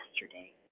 yesterday